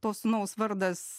to sūnaus vardas